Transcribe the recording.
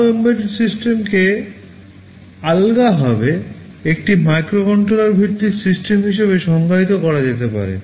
ভাল এম্বেডেড সিস্টেমকে আলগাভাবে একটি মাইক্রোকন্ট্রোলার ভিত্তিক সিস্টেম হিসাবে সংজ্ঞায়িত করা যেতে পারে